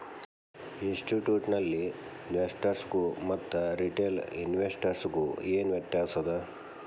ಇನ್ಸ್ಟಿಟ್ಯೂಷ್ನಲಿನ್ವೆಸ್ಟರ್ಸ್ಗು ಮತ್ತ ರಿಟೇಲ್ ಇನ್ವೆಸ್ಟರ್ಸ್ಗು ಏನ್ ವ್ಯತ್ಯಾಸದ?